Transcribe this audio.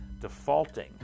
defaulting